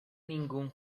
ningún